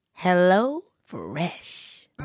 HelloFresh